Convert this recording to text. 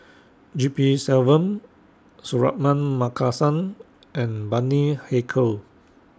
G P Selvam Suratman Markasan and Bani Haykal